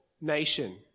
nation